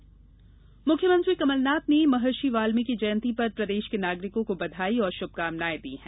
वाल्मीकि जयंती मुख्यमंत्री कमल नाथ ने महर्षि वाल्मीकि जयंती पर प्रदेश के नागरिकों को बधाई और शुभकामनाएँ दी हैं